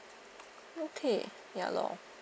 okay ya lor